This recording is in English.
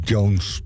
Jones